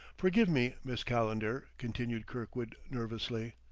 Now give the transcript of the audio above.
forgive me, miss calendar, continued kirkwood nervously.